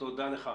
תודה לך.